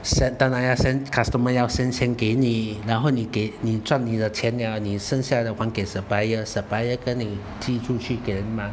先当然要先 customer 要先先给你然后你给你赚你的钱了你剩下的还给 supplier supplier 跟你寄出去给人吗